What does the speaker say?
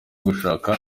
gushaka